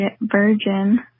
virgin